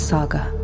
Saga